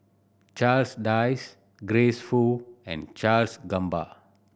Charles Dyce Grace Fu and Charles Gamba